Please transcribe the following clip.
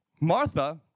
Martha